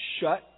shut